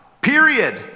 period